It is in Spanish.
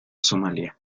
somalia